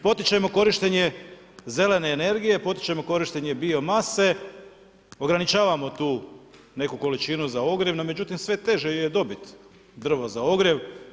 Potičemo korištenje zelene energije, potičemo korištenje biomase ograničavamo tu neku količinu za ogrjev, no međutim sve teže je dobiti drvo za ogrjev.